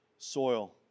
soil